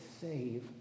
save